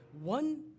one